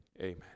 Amen